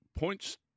Points